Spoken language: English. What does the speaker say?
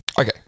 Okay